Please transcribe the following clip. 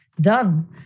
done